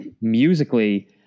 musically